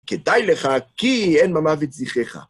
כדאי לך, כי אין במוות זיכרך.